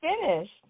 finished